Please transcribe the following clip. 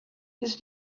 his